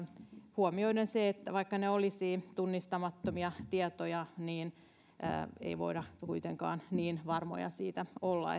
huomioiden se että vaikka ne olisivat tunnistamattomia tietoja ei voida kuitenkaan niin varmoja siitä olla